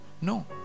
no